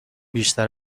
بیشتر